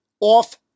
off